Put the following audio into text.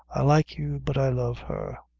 i like you, but i love her.